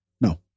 No